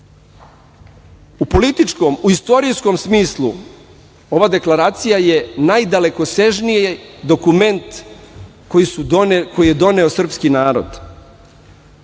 političkom, u istorijskom smislu ova deklaracija je najdalekosežniji dokument koji je doneo srpski narod. Prvi